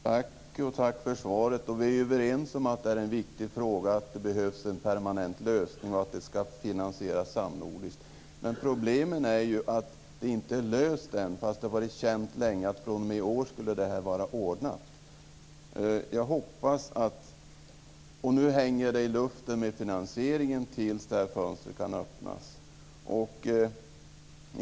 Fru talman! Tack för svaret. Vi är överens om att det är en viktig fråga, att det behövs en permanent lösning och att det ska finansieras samnordiskt. Men problemet är ju att det inte är löst ännu trots att det har varit känt länge att fr.o.m. i år skulle detta vara ordnat. Nu hänger finansieringen i luften tills det här fönstret kan öppnas.